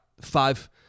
Five